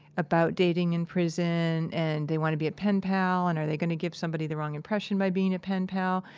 about dating in prison, and they want to be a pen pal, and are they going to give somebody the wrong impression by being a pen pal.